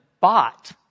bought